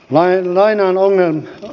lainaan ohjelmaa tässä